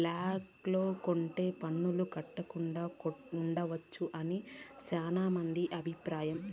black లో కొంటె పన్నులు కట్టకుండా ఉండొచ్చు అని శ్యానా మంది అభిప్రాయం